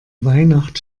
weihnacht